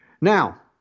Now